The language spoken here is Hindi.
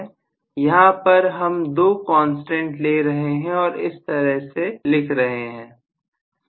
यहां पर हम दो कांस्टेंट ले रहे हैं और इस तरह से लिख रहे हैं